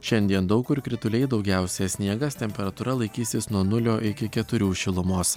šiandien daug kur krituliai daugiausia sniegas temperatūra laikysis nuo nulio iki keturių šilumos